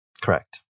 Correct